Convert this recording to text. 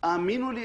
--- האמינו לי,